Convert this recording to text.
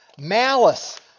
malice